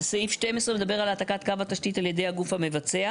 (12) מדבר על העתקת קו התשתית על ידי הגוף המבצע.